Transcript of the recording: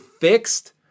fixed